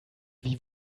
wie